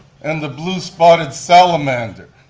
and the blue spotted salamander.